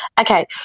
Okay